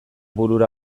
burura